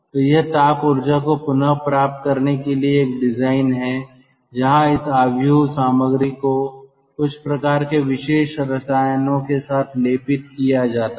तो यह ताप ऊर्जा को पुनः प्राप्त करने के लिए एक डिजाइन हैं जहां इस मैट्रिक्स सामग्री को कुछ प्रकार के विशेष रसायनों के साथ लेपित किया जाता है